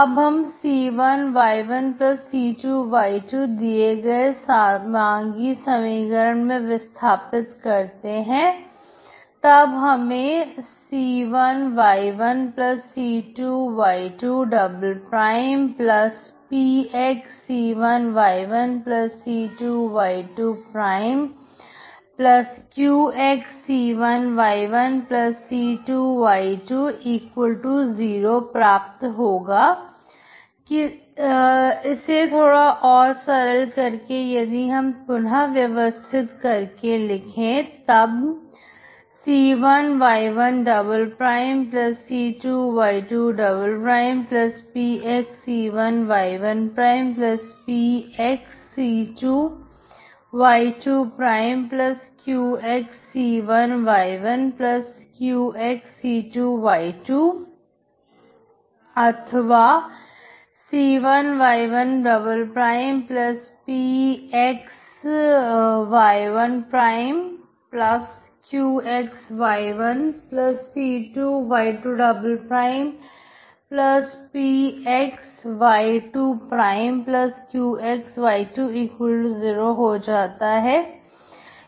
अब हम c1y1c2y2 दिए गए समांगी समीकरण में विस्थापित करते हैं तब हमें c1y1c2y2px c1y1c2y2qxc1y1c2y20 प्राप्त होगा किसी और थोड़ा सरल करके यदि हम पुनः व्यवस्थित करके लिखिए तब c1y1c2y2pxc1y1pxc2y2qxc1y1qc2y2 अथवा c1y1px y1qxy1c2 y2px y2qxy20 हो जाता है